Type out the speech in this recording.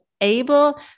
able